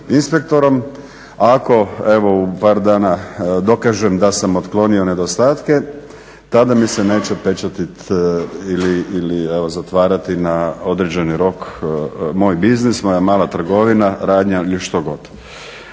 ako u par dana dokažem da sam otklonio nedostatke tada mi se neće pečatiti ili zatvarati na određeni rok moj biznis moja mala trgovina, radnja ili što god.